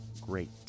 great